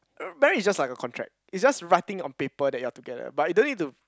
marriage is just like a contract is just writing on a paper that you're together but you don't need to